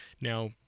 Now